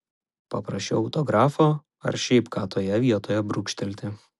paprašiau autografo ar šiaip ką toje vietoje brūkštelti